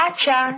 Acha